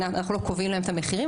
אנחנו לא קובעים להם את המחירים,